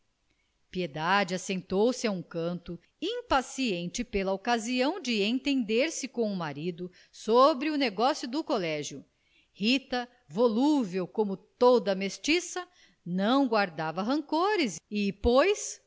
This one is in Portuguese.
piedade assentou-se a um canto impaciente pela ocasião de entender-se com o marido sobre o negócio do colégio rita volúvel como toda a mestiça não guardava rancores e pois